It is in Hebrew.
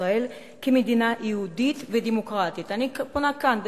ישראל כמדינה יהודית ודמוקרטית אני פונה כאן,